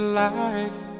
life